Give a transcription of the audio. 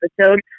episode